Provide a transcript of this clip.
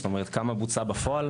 זאת אומרת כמה בוצע בפועל?